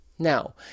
Now